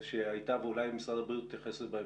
אולי משרד הבריאות יתייחס לזה בהמשך,